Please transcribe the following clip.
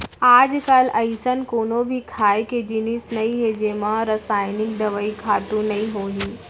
आजकाल अइसन कोनो भी खाए के जिनिस नइ हे जेमा रसइनिक दवई, खातू नइ होही